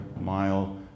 mile